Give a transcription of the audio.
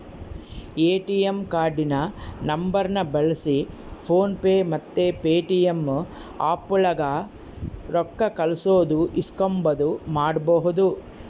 ATM ಕಾರ್ಡಿನ ನಂಬರ್ನ ಬಳ್ಸಿ ಫೋನ್ ಪೇ ಮತ್ತೆ ಪೇಟಿಎಮ್ ಆಪ್ಗುಳಾಗ ರೊಕ್ಕ ಕಳ್ಸೋದು ಇಸ್ಕಂಬದು ಮಾಡ್ಬಹುದು